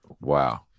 Wow